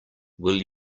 will